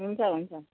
हुन्छ हुन्छ